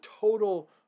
total